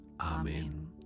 Amen